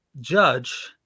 judge